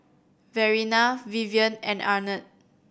Verena Vivien and Arnett